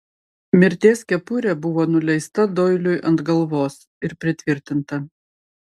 mirties kepurė buvo nuleista doiliui ant galvos ir pritvirtinta